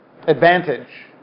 advantage